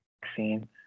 vaccine